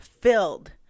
filled